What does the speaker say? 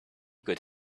could